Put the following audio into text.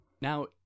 Now